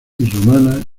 romana